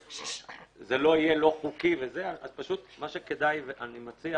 שזה לא יהיה לא חוקי אני מציע